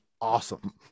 awesome